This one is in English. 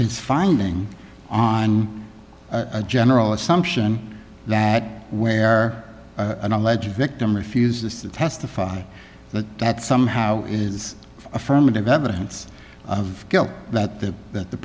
his finding on a general assumption that where an alleged victim refuses to testify but that somehow is affirmative evidence of guilt that the that the